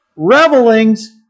revelings